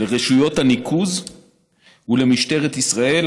לרשויות הניקוז ולמשטרת ישראל,